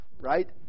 right